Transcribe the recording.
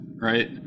right